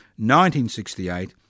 1968